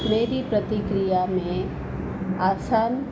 मेरी प्रतिक्रिया में आसान